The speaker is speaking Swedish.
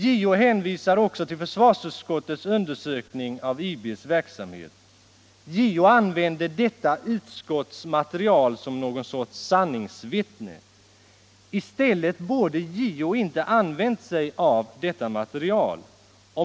JO hänvisar också till försvarsutskottets undersökning av IB:s verksamhet. JO använder detta utskottsmaterial som någon sorts sanningsvittne. I stället borde JO inte använt sig av detta material.